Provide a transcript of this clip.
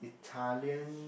Italian